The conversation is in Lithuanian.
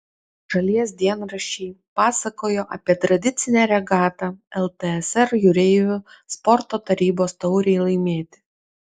šalies dienraščiai pasakojo apie tradicinę regatą ltsr jūreivių sporto tarybos taurei laimėti